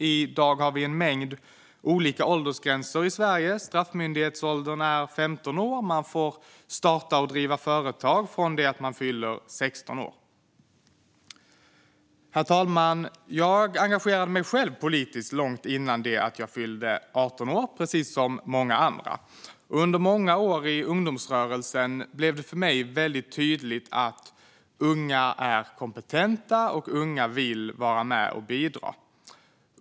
I dag har vi en mängd olika åldersgränser i Sverige. Straffmyndighetsåldern är 15 år. Man får starta och driva företag från det att man fyller 16 år. Herr talman! Jag engagerade mig själv politiskt långt innan jag fyllde 18 år, precis som många andra. Under många år i ungdomsrörelsen blev det för mig väldigt tydligt att unga är kompetenta och vill vara med och bidra.